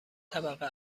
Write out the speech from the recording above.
طبقه